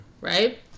Right